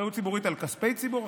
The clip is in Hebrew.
אחריות ציבורית על כספי ציבור,